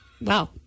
Wow